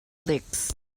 licks